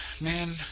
man